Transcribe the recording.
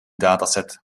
dataset